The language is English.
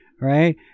right